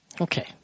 Okay